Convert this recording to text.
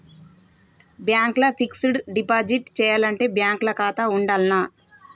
Bank ల fixed deposit చేయాలంటే bank ల ఖాతా ఉండాల్నా?